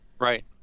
Right